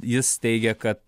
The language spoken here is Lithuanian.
jis teigia kad